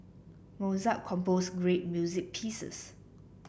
Mozart composed great music pieces